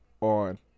on